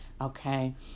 Okay